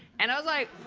and i was like,